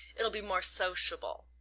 it'll be more sociable,